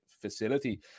facility